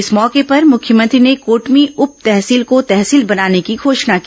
इस मौके पर मुख्यमंत्री ने कोटमी उप तहसील को तहसील बनाने की घोषणा की